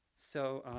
so.